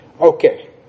Okay